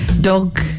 dog